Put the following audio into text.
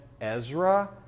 Ezra